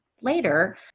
later